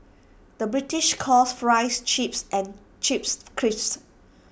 the British calls Fries Chips and Chips Crisps